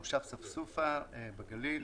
מושב ספסופה בגליל.